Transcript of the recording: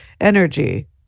energy